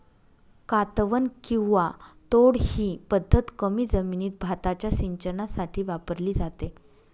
कातवन किंवा तोड ही पद्धत कमी जमिनीत भाताच्या सिंचनासाठी वापरली जाते